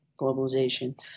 globalization